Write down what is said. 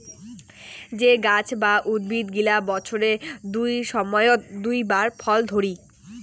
যে গাছ বা উদ্ভিদ গিলা বছরের দুই সময়ত দুই বার ফল ধরি